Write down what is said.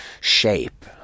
shape